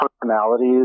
personalities